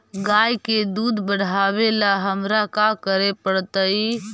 गाय के दुध बढ़ावेला हमरा का करे पड़तई?